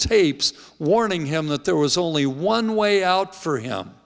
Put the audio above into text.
tapes warning him that there was only one way out for him